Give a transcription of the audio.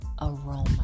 aroma